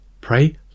Pray